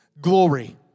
glory